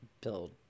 build